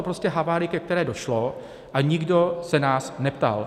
Byla to prostě havárie, ke které došlo, a nikdo se nás neptal.